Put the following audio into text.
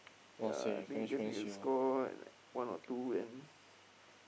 ya I think you just need to score one or two then